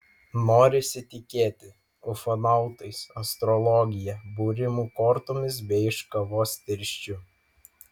norisi tikėti ufonautais astrologija būrimu kortomis bei iš kavos tirščių